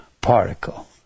particle